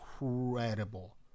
incredible